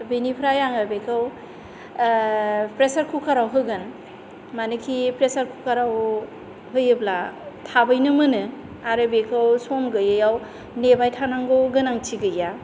बेनिफ्राय आङो बेखौ प्रेसार कुकाराव होगोन मानोखि प्रेसार कुकाराव होयोब्ला थाबैनो मोनो आरो बेखौ सम गैयैयाव नेबाय थानांगौ गोनांथि गैया